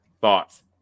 thoughts